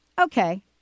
okay